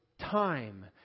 time